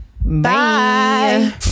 Bye